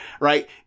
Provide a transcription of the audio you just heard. right